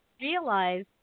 realize